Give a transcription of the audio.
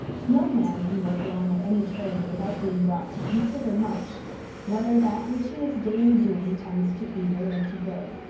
no man can work long at any trade without being brought to consider much whether that which he is daily doing tends to evil or to good.